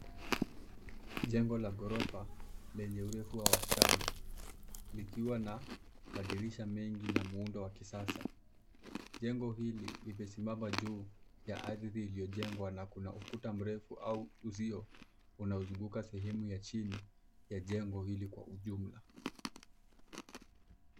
Jengo la ghorofa lenye urefu wa wastani likiwa na madirisha mengi na muundo wa kisasa. Jengo hili limesimama juu ya ardhi iliyojengwa na kuna ukuta mrefu au uzio unaozunguka sehemu ya chini ya jengo hili kwa ujumla.